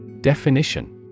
Definition